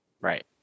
Right